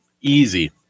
Easy